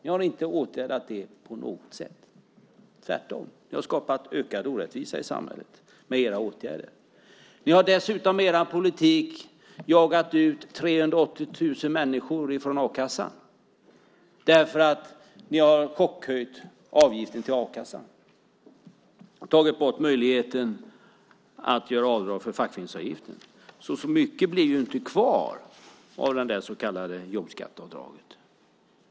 Ni har inte åtgärdat det på något sätt. Ni har tvärtom skapat ökad orättvisa i samhället med era åtgärder. Ni har dessutom med er politik jagat ut 380 000 människor från a-kassan. Ni har chockhöjt avgiften till a-kassan och tagit bort möjligheten att göra avdrag för fackföreningsavgiften. Det blir inte så mycket kvar av det så kallade jobbskatteavdraget.